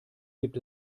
gibt